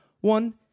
one